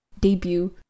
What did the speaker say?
debut